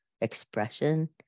expression